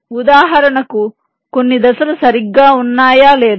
ఉదాహరణకు కొన్ని దశలు సరిగ్గా ఉన్నాయా లేదా